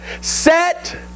set